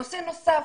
נושא נוסף.